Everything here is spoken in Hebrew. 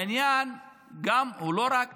העניין הוא לא רק